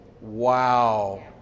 Wow